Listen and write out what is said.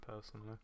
personally